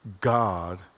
God